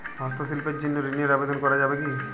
হস্তশিল্পের জন্য ঋনের আবেদন করা যাবে কি?